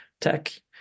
tech